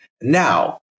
Now